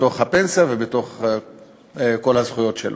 בתוך הפנסיה ובתוך כל הזכויות שלו.